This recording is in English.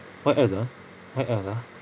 what else ah what else ah